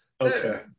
Okay